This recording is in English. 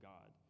God